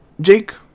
Jake